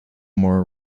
more